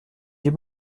j’ai